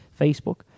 Facebook